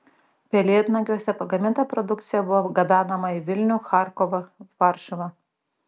pelėdnagiuose pagaminta produkcija buvo gabenama į vilnių charkovą varšuvą